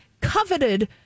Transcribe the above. coveted